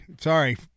Sorry